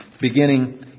beginning